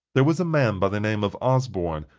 there was a man by the name of osborne,